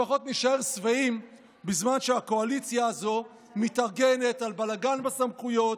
לפחות נישאר שבעים בזמן שהקואליציה הזו מתארגנת על בלגן בסמכויות,